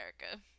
America